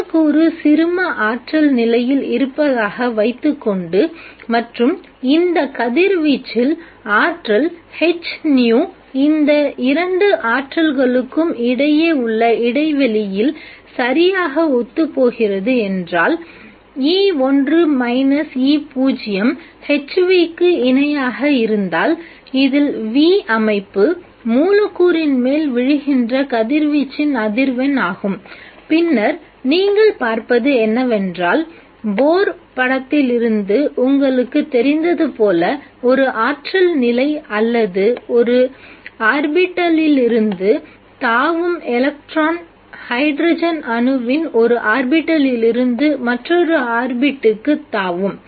மூலக்கூறு சிறும ஆற்றல் நிலையில் இருப்பதாக வைத்துக்கொண்டு மற்றும் இந்த கதிர்வீச்சின் ஆற்றல் h nu இந்த இரண்டு ஆற்றல்களுக்கும் இடையே உள்ள இடைவெளியில் சரியாக ஒத்துப்போகிறது என்றால் E1 E0 h v க்கு இணையாக இருந்தால் இதில் v அமைப்பு மூலக்கூறின் மேல் விழுகின்ற கதிர்வீச்சின் அதிர்வெண் ஆகும் பின்னர் நீங்கள் பார்ப்பது என்னவென்றால் போஹ்ர் படத்திலிருந்து உங்களுக்குத் தெரிந்தது போல ஒரு ஆற்றல் நிலை அல்லது ஒரு ஆர்பிட்டாலிலிருந்து தாவும் எலக்ட்ரான் ஹைட்ரஜன் அணுவின் ஒரு ஆர்பிட்டிலிருந்து மற்றொரு ஆர்பிட்டுக்கு தாவும்